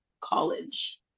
college